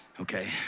Okay